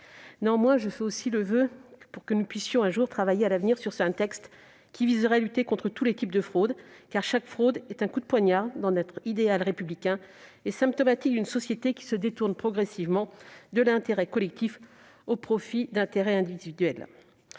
Néanmoins, je forme également le voeu que nous puissions travailler à l'avenir sur un texte visant à lutter contre tous les types de fraudes, car chaque fraude est un coup de poignard porté à notre idéal républicain et le symptôme d'une société qui se détourne progressivement de l'intérêt collectif au profit des intérêts particuliers.